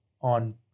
on